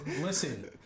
Listen